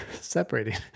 Separating